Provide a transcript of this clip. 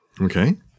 Okay